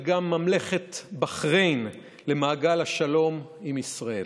גם ממלכת בחריין למעגל השלום עם ישראל.